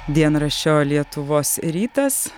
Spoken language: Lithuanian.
dienraščio lietuvos rytas